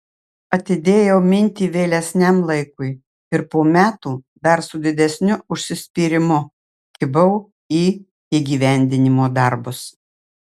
atidėjau mintį vėlesniam laikui ir po metų dar su didesniu užsispyrimu kibau į įgyvendinimo darbus